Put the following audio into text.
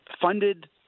funded